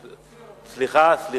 אופיר, אופיר.